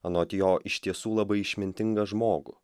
anot jo iš tiesų labai išmintingą žmogų